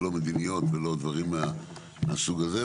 לא מדיניות ולא דברים מהסוג הזה,